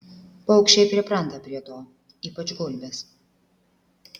paukščiai pripranta prie to ypač gulbės